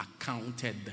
accounted